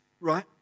right